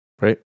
right